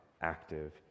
active